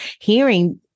hearing